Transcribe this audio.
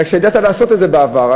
וידעת לעשות את זה בעבר,